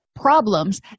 problems